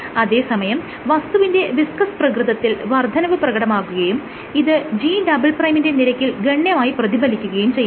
അതെ സമയം വസ്തുവിന്റെ വിസ്കസ് പ്രകൃതത്തിൽ വർദ്ധനവ് പ്രകടമാകുകയും ഇത് G" ന്റെ നിരക്കിൽ ഗണ്യമായി പ്രതിഫലിക്കുകയും ചെയ്യുന്നു